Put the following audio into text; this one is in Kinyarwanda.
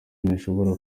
ntashobora